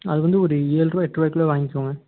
அதுவந்து ஒரு ஏழுரூவா எட்டுரூவாய்க்குள்ள வாங்கிக்கங்க